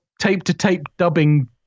tape-to-tape-dubbing